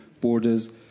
borders